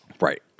Right